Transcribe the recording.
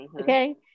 okay